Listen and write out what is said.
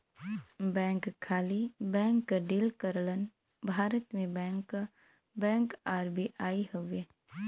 bank खाली bank क deal करलन भारत में बैंक क बैंक आर.बी.आई हउवे